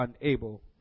unable